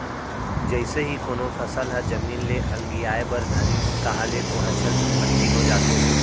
जइसे ही कोनो फसल ह जमीन ले अलगियाये बर धरिस ताहले ओहा चल संपत्ति हो जाथे